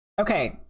okay